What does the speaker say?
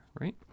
right